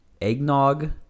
eggnog